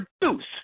produce